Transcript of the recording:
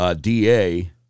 DA